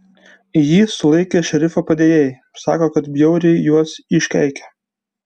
jį sulaikę šerifo padėjėjai sako kad bjauriai juos iškeikė